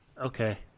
Okay